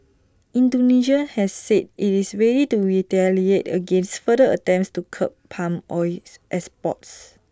Indonesia has said IT is ready to retaliate against further attempts to curb palm oil exports